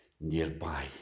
nearby